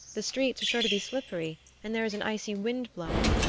the streets are sure to be slippery and there is an icy wind blowing.